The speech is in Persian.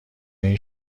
این